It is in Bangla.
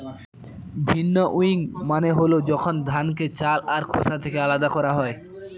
ভিন্নউইং মানে হল যখন ধানকে চাল আর খোসা থেকে আলাদা করা হয়